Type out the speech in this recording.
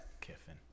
Kiffin